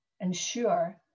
ensure